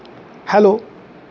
hello